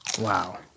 Wow